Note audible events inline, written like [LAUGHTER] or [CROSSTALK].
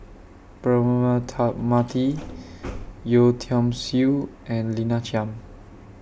Braema Mathi [NOISE] Yeo Tiam Siew and Lina Chiam